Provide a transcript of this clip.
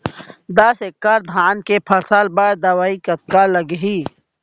दस एकड़ धान के फसल बर दवई कतका लागही?